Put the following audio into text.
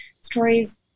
stories